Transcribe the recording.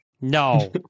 No